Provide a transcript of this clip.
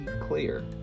clear